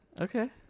okay